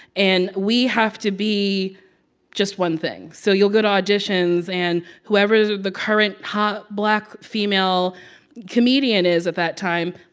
and we have to be just one thing so you'll go to auditions. and whoever the current hot, black female comedian is at that time,